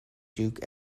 duke